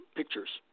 pictures